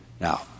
Now